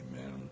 Amen